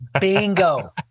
Bingo